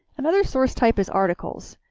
another source type is articles.